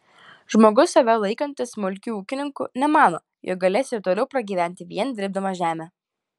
žmogus save laikantis smulkiu ūkininku nemano jog galės ir toliau pragyventi vien dirbdamas žemę